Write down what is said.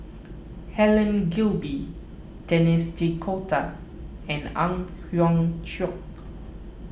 Helen Gilbey Denis D'Cotta and Ang Hiong Chiok